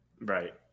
Right